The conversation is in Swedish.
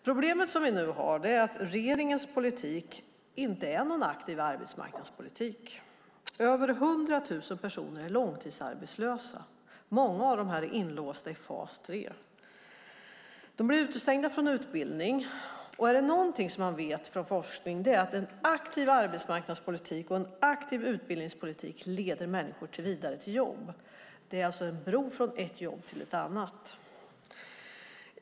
Problemet är att regeringens politik inte är någon aktiv arbetsmarknadspolitik. Över 100 000 personer är långtidsarbetslösa. Många av dem är inlåsta i fas 3 och blir utestängda från utbildning. Och är det något man vet från forskningen så är det att en aktiv arbetsmarknadspolitik och en aktiv utbildningspolitik leder människor vidare till jobb. Det är en bro från ett jobb till ett annat.